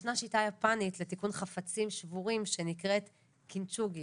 ישנה שיטה יפנית לתיקון חפצים שבורים שנקראת קינצוגי.